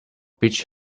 bitch